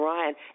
Ryan